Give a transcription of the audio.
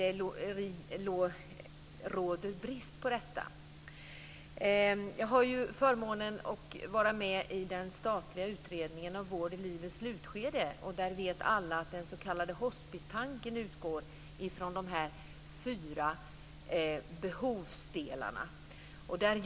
Det får inte råda brist på dessa. Jag har förmånen att vara med i den statliga utredningen om vård i livets slutskede. Där vet alla att den s.k. hospistanken utgår från de här fyra behovsdelarna.